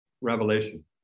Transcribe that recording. revelation